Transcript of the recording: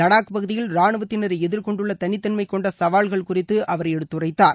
வடாக் பகுதியில் ரானுவத்தினர் எதிர்கொண்டுள்ள தனித்தன்மை கொண்ட சவால்கள் குறித்து அவர் எடுத்துரைத்தார்